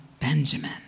Benjamin